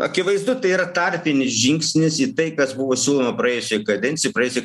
akivaizdu tai yra tarpinis žingsnis į tai kas buvo siūloma praėjusioj kadencijoj praėjusioj